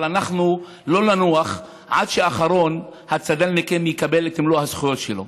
אבל אנחנו לא ננוח עד שאחרון הצד"לניקים יקבל את מלוא הזכויות שלו.